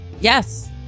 Yes